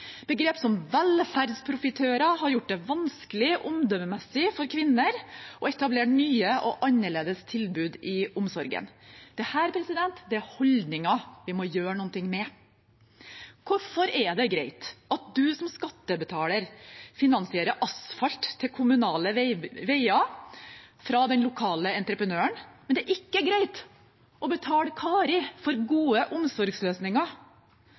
Begrep som «velferdsprofitører» har gjort det vanskelig omdømmemessig for kvinner å etablere nye og annerledes tilbud i omsorgen. Dette er holdninger vi må gjøre noe med. Hvorfor er det greit at man som skattebetaler finansierer asfalt til kommunale veier via den lokale entreprenøren, men det er ikke greit å betale Kari for gode omsorgsløsninger?